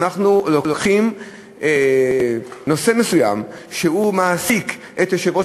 שאנחנו לוקחים נושא מסוים שמעסיק את יושב-ראש